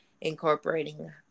incorporating